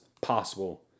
possible